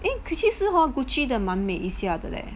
eh 其实 hor Gucci 的蛮美一下的 leh